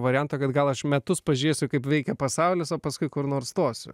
varianto kad gal aš metus pažiūrėsiu kaip veikia pasaulis o paskui kur nors stosiu